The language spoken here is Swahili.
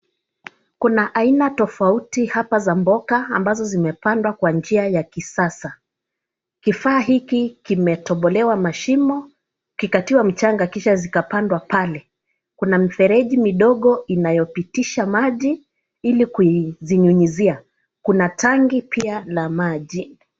Kuna aina tofauti hapa za mboga ambazo zimepandwa kwa njia ya kisasa. Kifaa hiki kimetobolewa mashimo, kikatiwa mchanga kisha zikapandwa pale. Kuna mifereji midogo inayopitisha maji ili kuizinyunyizia. Kuna tangi pia la maji.